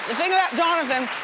johnathan,